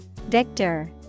Victor